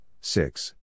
six